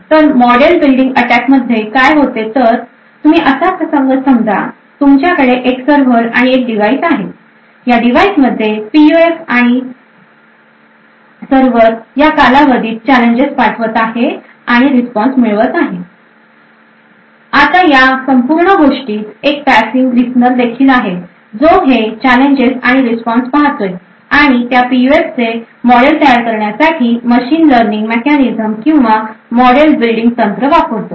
तर model building अटॅकमध्ये काय होते तर तुम्ही असा प्रसंग समजा तुमच्याकडे एक सर्व्हर आणि एक डिव्हाइस आहे ह्या डिव्हाइस मध्ये पीयूएफ आहे आणि सर्व्हर या कालावधीत चॅलेंजेस पाठवत आहे आणि रिस्पॉन्स मिळवत आहे आता या संपूर्ण गोष्टीत एक पॅसिव्ह लिसनर देखील आहे जो हे चॅलेंजेस आणि रिस्पॉन्स पाहतो आणि त्या पीयूएफचे मॉडेल तयार करण्यासाठी मशीन लर्निंग मेकॅनिझम किंवा मॉडेल बिल्डिंग तंत्र वापरतो